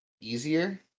easier